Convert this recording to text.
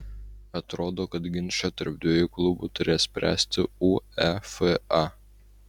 atrodo kad ginčą tarp dviejų klubų turės spręsti uefa